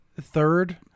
third